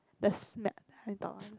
the smell